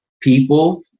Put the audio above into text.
people